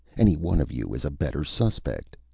any one of you is a better suspect.